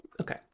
Okay